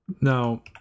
Now